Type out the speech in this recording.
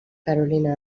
carolina